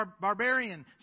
barbarian